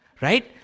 Right